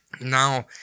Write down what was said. Now